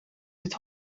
het